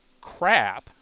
crap